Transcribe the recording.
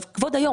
כבוד היושב ראש,